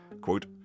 quote